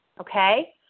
Okay